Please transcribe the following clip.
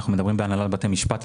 אנחנו מדברים על בהנהלת בתי המשפט,